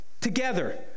together